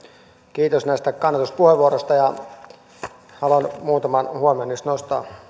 kiitos näistä kannatuspuheenvuoroista haluan muutaman huomion niistä nostaa